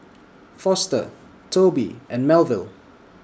Foster Tobi and Melville